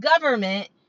government